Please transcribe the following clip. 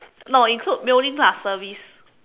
no include mailing plus service